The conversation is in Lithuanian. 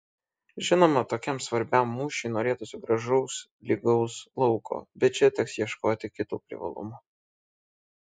žinoma tokiam svarbiam mūšiui norėtųsi gražaus lygaus lauko bet čia teks ieškoti kitų privalumų